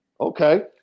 Okay